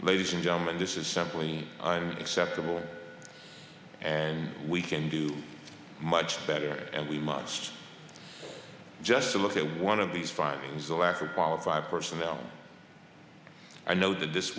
ladies and gentlemen this is simply unacceptable and we can do much better and we much just a look at one of these findings the lack of qualified personnel i know that this